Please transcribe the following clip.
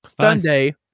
Sunday